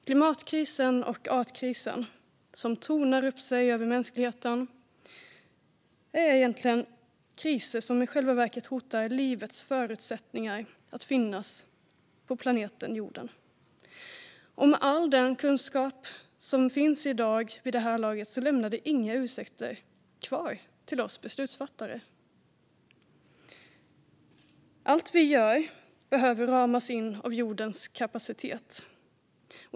Klimatkrisen och artkrisen som tornar upp sig över mänskligheten är egentligen kriser som i själva verket hotar livets förutsättningar att finnas på planeten jorden. All den kunskap som finns vid det här laget lämnar inga ursäkter kvar till oss beslutsfattare. Allt vi gör behöver ramas in av jordens kapacitet.